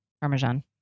parmesan